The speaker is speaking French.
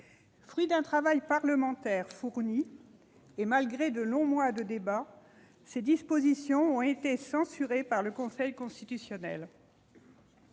Fruit d'un travail parlementaire fourni et de longs mois de débats, ces dispositions ont été censurées par le Conseil constitutionnel.